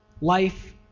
Life